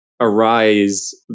arise